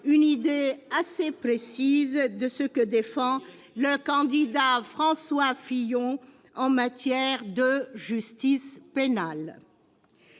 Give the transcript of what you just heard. une idée assez précise de ce que défend le candidat François Fillon en matière de justice pénale.